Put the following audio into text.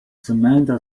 samantha